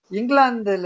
England